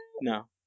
No